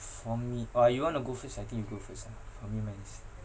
for me or or you want to go first I think you go first ah for me mine is